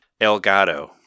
Elgato